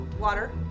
water